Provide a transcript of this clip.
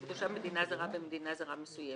הוא תושב מדינה זרה במדינה זרה מסוימת,